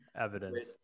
evidence